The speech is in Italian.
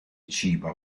ciba